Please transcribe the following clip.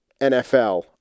NFL